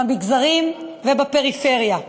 במגזרים ובפריפריה.